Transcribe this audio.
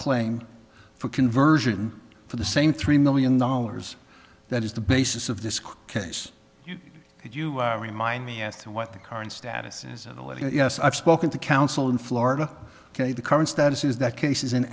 claim for conversion for the same three million dollars that is the basis of this case could you remind me as to what the current status is yes i've spoken to counsel in florida ok the current status is that case is an